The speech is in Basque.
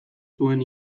zuen